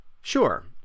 Sure